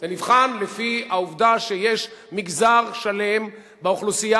זה נבחן לפי העובדה שיש מגזר שלם באוכלוסייה